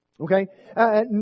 Okay